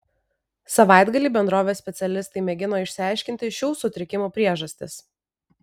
savaitgalį bendrovės specialistai mėgino išsiaiškinti šių sutrikimų priežastis